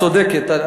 את צודקת.